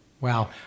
Wow